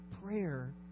prayer